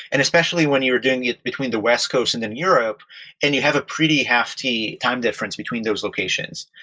and especially when you're doing it between the west coast and then europe and you have a pretty hefty time difference between those locations.